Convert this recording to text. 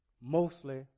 mostly